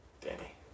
danny